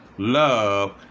Love